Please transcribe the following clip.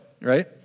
right